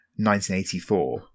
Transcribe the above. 1984